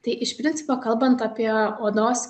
tai iš principo kalbant apie odos